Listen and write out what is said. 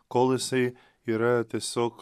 kol jisai yra tiesiog